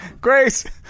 Grace